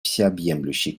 всеобъемлющей